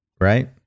Right